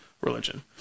religion